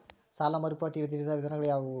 ಸಾಲ ಮರುಪಾವತಿಯ ವಿವಿಧ ವಿಧಾನಗಳು ಯಾವುವು?